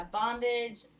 bondage